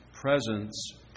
presence